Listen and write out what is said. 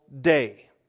day